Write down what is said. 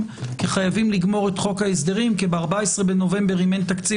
כי חייבים לגמור את חוק ההסדרים כי ב-14.11 אם אין תקציב